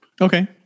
Okay